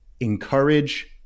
encourage